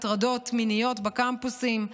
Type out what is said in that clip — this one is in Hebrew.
טיפול בהטרדות מיניות בקמפוסים,